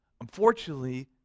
Unfortunately